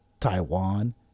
Taiwan